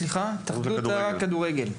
ההתאחדות לכדורגל.